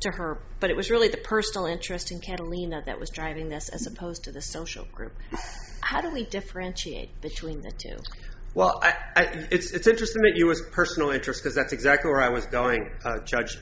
to her but it was really the personal interest in catalina that was driving this as opposed to the social group how do we differentiate between the two well i think it's interesting that you as a personal interest because that's exactly where i was going judge